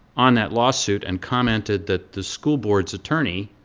on that lawsuit and commented that the school board's attorney,